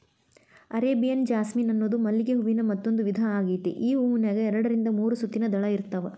Arabian jasmine ಅನ್ನೋದು ಮಲ್ಲಿಗೆ ಹೂವಿನ ಮತ್ತಂದೂ ವಿಧಾ ಆಗೇತಿ, ಈ ಹೂನ್ಯಾಗ ಎರಡರಿಂದ ಮೂರು ಸುತ್ತಿನ ದಳ ಇರ್ತಾವ